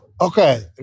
okay